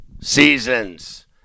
seasons